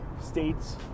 states